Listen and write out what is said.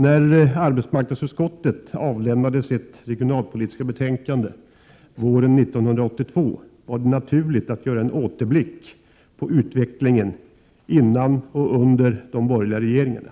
När arbetsmarknadsutskottet avlämnade sitt regionalpolitiska betänkande våren 1982 var det naturligt att göra en återblick på utvecklingen före och under de borgerliga regeringarna.